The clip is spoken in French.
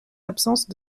absences